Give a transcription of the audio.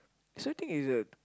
sad thing is that